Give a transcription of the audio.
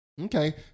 Okay